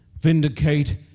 vindicate